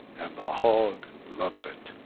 and the hog loves it.